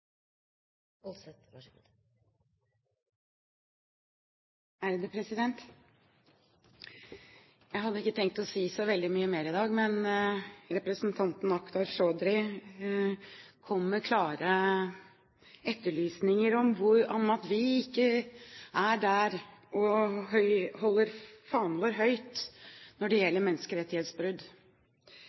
å si så veldig mye mer i dag, men representanten Akhtar Chaudhry kom med klare etterlysninger om at vi ikke er der og holder fanen vår høyt når det gjelder menneskerettighetsbrudd.